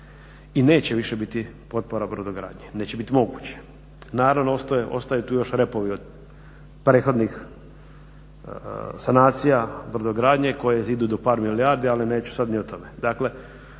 i neće više biti potpora brodogradnji, neće biti moguće. Naravno, ostaju tu još repovi od prethodnih sanacija brodogradnje koje idu do par milijardi, ali neću sad ni o tome.